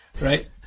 Right